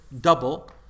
double